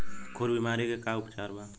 खुर बीमारी के का उपचार बा?